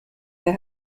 der